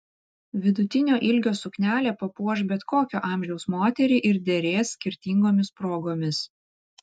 vidutinio ilgio suknelė papuoš bet kokio amžiaus moterį ir derės skirtingomis progomis